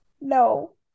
No